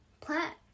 plant